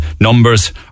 numbers